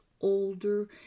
older